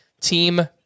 Team